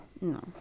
no